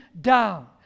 down